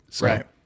Right